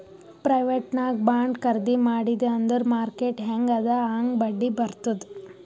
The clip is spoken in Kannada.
ಪ್ರೈವೇಟ್ ನಾಗ್ ಬಾಂಡ್ ಖರ್ದಿ ಮಾಡಿದಿ ಅಂದುರ್ ಮಾರ್ಕೆಟ್ ಹ್ಯಾಂಗ್ ಅದಾ ಹಾಂಗ್ ಬಡ್ಡಿ ಬರ್ತುದ್